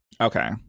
Okay